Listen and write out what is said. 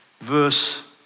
verse